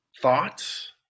thoughts